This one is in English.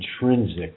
intrinsic